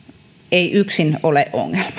ei yksin ole